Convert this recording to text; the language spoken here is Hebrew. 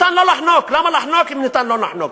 אפשר לא לחנוק, למה לחנוק אם אפשר לא לחנוק?